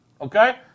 Okay